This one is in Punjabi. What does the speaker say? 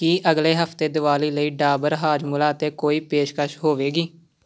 ਕੀ ਅਗਲੇ ਹਫਤੇ ਦੀਵਾਲੀ ਲਈ ਡਾਬਰ ਹਾਜਮੌਲਾ 'ਤੇ ਕੋਈ ਪੇਸ਼ਕਸ਼ ਹੋਵੇਗੀ